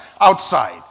outside